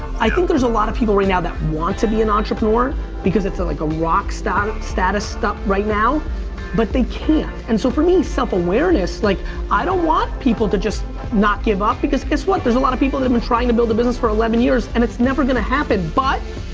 i think there's a lot of people right now that want to be an entrepreneur because it's a like a rockstar status stuff right now but they can't. and so for me, self-awareness like i don't want people to just not give up because guess what, there's a lot of people that have been trying to build a business for eleven years and it's never gonna happen but